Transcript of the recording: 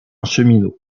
cheminot